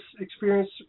experience